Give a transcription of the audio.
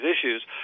issues